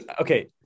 okay